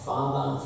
Father